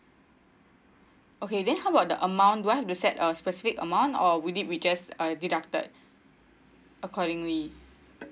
okay then how about the amount do I have to set a specific amount or we did we just uh deducted accordingly